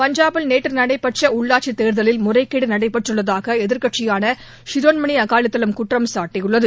பஞ்சாபில் நேற்று நடைபெற்ற உள்ளாட்சித் தேர்தலில் முறைகேடு நடைபெற்றுள்ளதாக எதிர்கட்சியாள சிரோன்மணி அகாலிதளம் குற்றம்சாட்டியுள்ளது